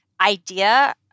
idea